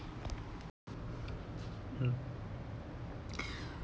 mm